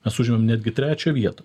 mes užimam netgi trečią vietą